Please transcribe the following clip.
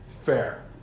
Fair